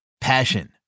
Passion